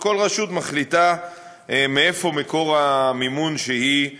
וכל רשות מחליטה מאיפה מקור המימון שהיא מוצאת.